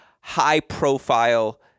high-profile